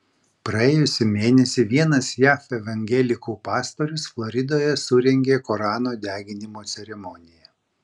praėjusį mėnesį vienas jav evangelikų pastorius floridoje surengė korano deginimo ceremoniją